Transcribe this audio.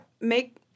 make